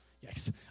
Yes